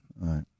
right